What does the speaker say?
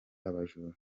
abajura